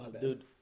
Dude